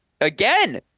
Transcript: again